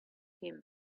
came